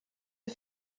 are